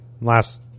last